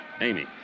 Amy